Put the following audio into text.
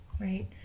right